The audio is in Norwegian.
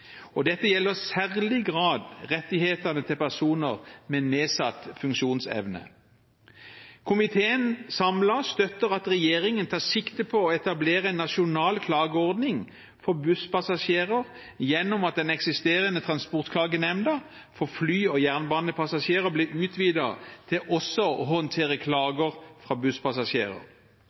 generelt. Dette gjelder i særlig grad rettighetene til personer med nedsatt funksjonsevne. En samlet komité støtter at regjeringen tar sikte på å etablere en nasjonal klageordning for busspassasjerer gjennom at den eksisterende Transportklagenemnda for fly- og jernbanepassasjerer blir utvidet til også å håndtere klager fra busspassasjerer.